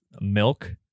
milk